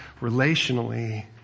relationally